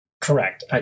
Correct